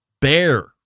bear